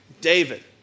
David